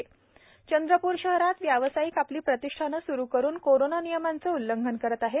दंड वसूल चंद्रपूर शहरात व्यावसायिक आपली प्रतिष्ठाने सुरु करून कोरोना नियमांचे उल्लंघन करीत आहेत